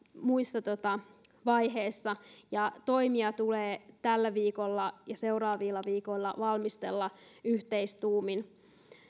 muissa vaiheissa ja toimia tulee tällä viikolla ja seuraavilla viikoilla valmistella yhteistuumin